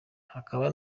hakaba